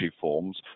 forms